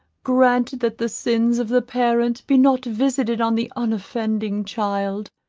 grant that the sins of the parent be not visited on the unoffending child.